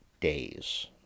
days